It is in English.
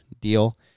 deal